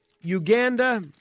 Uganda